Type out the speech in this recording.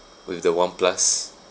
with the oneplus